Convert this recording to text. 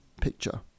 picture